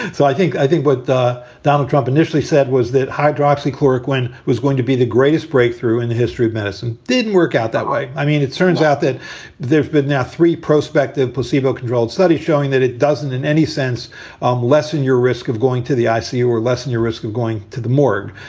and so i think i think what donald trump initially said was that hydroxyl chloroquine was going to be the greatest breakthrough in the history of medicine, didn't work out that way. i mean, it turns out that there've been now three prospective placebo controlled studies showing that it doesn't in any sense um lessen your risk of going to the icu or or lessen your risk of going to the morgue.